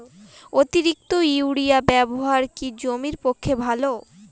অতিরিক্ত ইউরিয়া ব্যবহার কি জমির পক্ষে ভালো?